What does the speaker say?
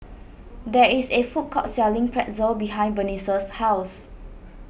there is a food court selling Pretzel behind Bernice's house